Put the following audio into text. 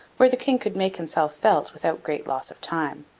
where the king could make himself felt without great loss of time.